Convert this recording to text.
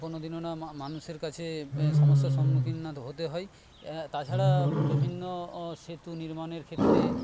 কোনোদিনও না মানুষের কাছে সমস্যার সম্মুখীন না হতে হয় তাছাড়া বিভিন্ন সেতু নির্মাণের ক্ষেত্রে